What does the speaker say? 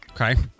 Okay